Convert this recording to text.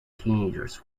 teenagers